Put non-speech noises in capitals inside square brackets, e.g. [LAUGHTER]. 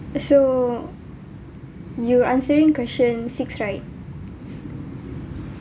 uh so you answering question six right [BREATH]